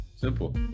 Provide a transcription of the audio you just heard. Simple